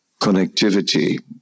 connectivity